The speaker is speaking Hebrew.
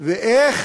ואיך